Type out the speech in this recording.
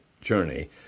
journey